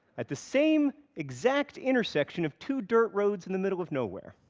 at the same exact intersection of two dirt roads in the middle of nowhere.